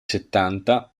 settanta